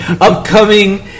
Upcoming